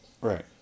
Right